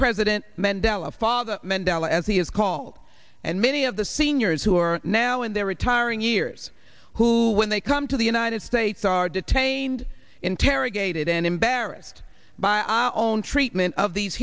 president mandela father mandela as he is called and many of the seniors who are now in their retiring years who when they come to the united states are detained interrogated and embarrassed by our own treatment of these